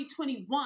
2021